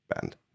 band